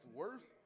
worse